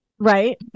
Right